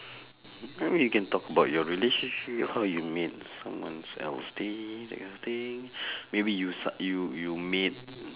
you can talk about your relationship how you made someone's else day that kind of thing maybe you s~ you you made mm